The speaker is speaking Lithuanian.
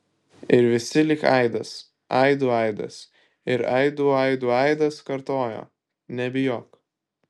ir visi lyg aidas aidų aidas ir aidų aidų aidas kartojo nebijok